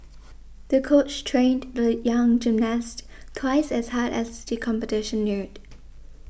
the coach trained the young gymnast twice as hard as the competition neared